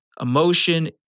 emotion